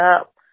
up